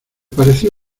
pareció